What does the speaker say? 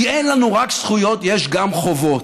כי אין לנו רק זכויות, יש גם חובות.